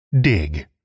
Dig